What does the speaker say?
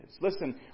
Listen